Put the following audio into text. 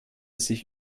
sich